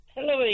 Hello